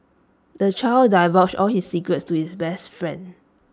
the child divulged all his secrets to his best friend